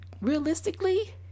realistically